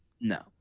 No